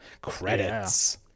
Credits